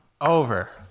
Over